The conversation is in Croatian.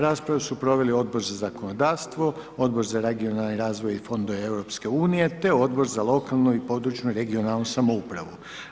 Raspravu su proveli Odbor za zakonodavstvo, Odbor za regionalni razvoj i fondove EU, te Odbor za lokalnu i područnu, regionalnu samoupravu.